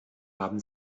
haben